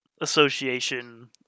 association